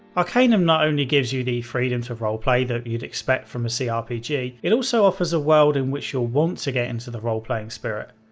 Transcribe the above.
ah kind of not only gives you the freedom to roleplay that you'd expect from a ah crpg, it also offers a world in which you'll want to get into the roleplaying spirit.